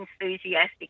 enthusiastic